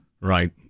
Right